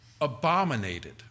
abominated